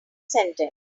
sentence